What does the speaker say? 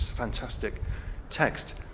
fantastic text.